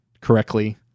correctly